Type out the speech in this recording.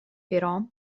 però